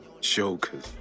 Jokers